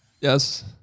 Yes